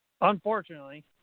Unfortunately